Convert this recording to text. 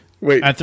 Wait